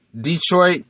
Detroit